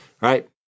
right